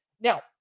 Now